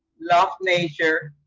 love nature.